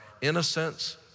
innocence